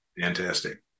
Fantastic